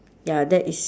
ya that is